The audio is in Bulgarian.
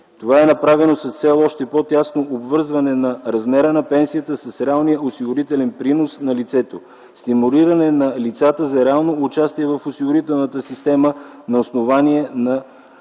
Това е направено с цел още по-тясно обвързване на размера на пенсията с реалния осигурителен принос на лицето, стимулиране на лицата за реално участие в осигурителната система на основание на реалната